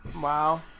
Wow